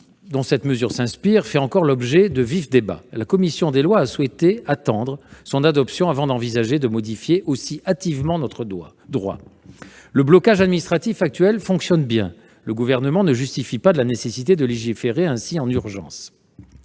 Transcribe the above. dont cette mesure s'inspire fait encore l'objet de vifs débats, la commission des lois a souhaité attendre son adoption avant d'envisager de modifier aussi hâtivement notre droit. Le blocage administratif actuel fonctionne bien, et le Gouvernement ne justifie pas dans l'exposé des motifs de la nécessité de légiférer ainsi en urgence.